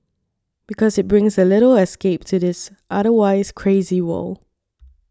because it brings a little escape to this otherwise crazy world